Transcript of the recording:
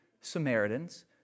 Samaritans